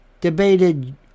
debated